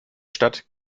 stadt